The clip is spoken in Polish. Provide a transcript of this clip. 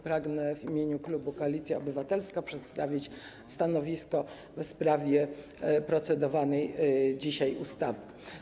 Pragnę w imieniu klubu Koalicja Obywatelska przedstawić stanowisko w sprawie procedowanej dzisiaj ustawy.